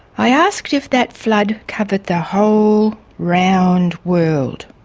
i asked if that flood covered the whole round world.